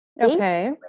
Okay